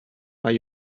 are